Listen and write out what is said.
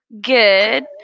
Good